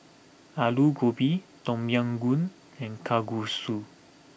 Alu Gobi Tom Yam Goong and Kalguksu